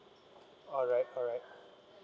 alright alright